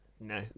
No